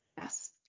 Yes